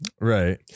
right